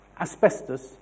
asbestos